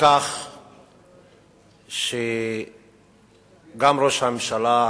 והוא שגם ראש הממשלה,